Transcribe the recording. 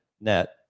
net